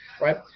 right